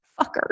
Fucker